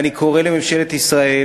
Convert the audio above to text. ואני קורא לממשלת ישראל: